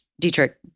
Dietrich